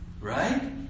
Right